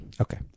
okay